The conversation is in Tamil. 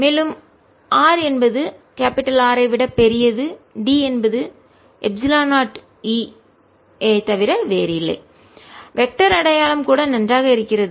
மேலும் r என்பது R ஐ விட பெரியது D என்பது எப்சிலன் 0 E ஐத் தவிர வேறில்லை வெக்டர் திசையன் அடையாளம் கூட நன்றாக இருக்கிறது